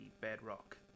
bedrock